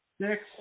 six